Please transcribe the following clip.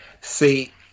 See